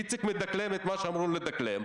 כי איציק מדקלם את מה שאמרו לו לדקלם,